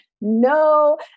no